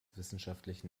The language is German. wissenschaftlichen